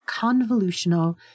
convolutional